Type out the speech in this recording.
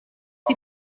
die